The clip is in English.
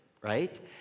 right